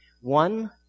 one